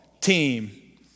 team